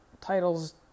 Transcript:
titles